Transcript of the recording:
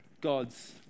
God's